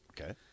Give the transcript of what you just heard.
okay